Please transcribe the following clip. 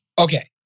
Okay